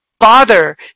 father